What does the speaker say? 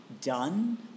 done